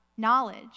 knowledge